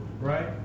right